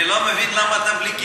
אני לא מבין למה אתה בלי כיפה.